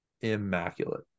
immaculate